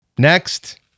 Next